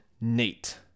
NEAT